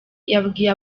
yabwiye